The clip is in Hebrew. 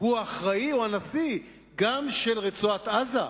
הוא האחראי, הוא הנשיא, גם של רצועת-עזה.